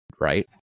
right